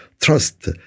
trust